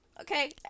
Okay